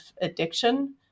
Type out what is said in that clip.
addiction